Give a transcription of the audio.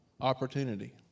opportunity